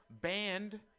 banned